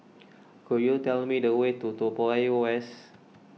could you tell me the way to Toa Payoh West